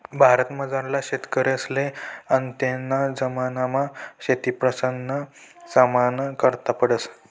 भारतमझारला शेतकरीसले आत्तेना जमानामा शेतीप्रश्नसना सामना करना पडस